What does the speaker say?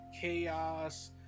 chaos